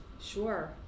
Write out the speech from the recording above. Sure